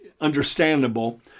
understandable